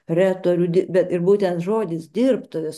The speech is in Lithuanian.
retorių bet ir būtent žodis dirbtuvės